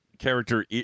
Character